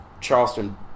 Charleston